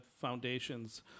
foundations